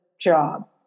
job